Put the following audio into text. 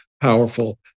powerful